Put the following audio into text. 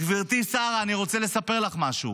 גברתי שרה, אני רוצה לספר לך משהו.